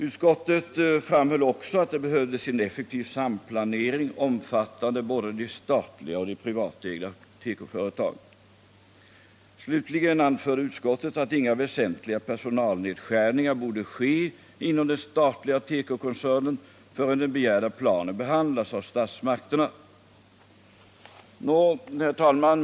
Utskottet framhöll också att det behövdes en effektiv samplanering, omfattande både de statliga och de privatägda tekoföretagen. Slutligen anförde utskottet att inga väsentliga personalnedskärningar borde ske inom den statliga tekokoncernen förrän den begärda planen behandlats av statsmakterna. Herr talman!